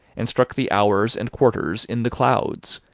and struck the hours and quarters in the clouds,